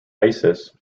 isis